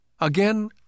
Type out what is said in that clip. Again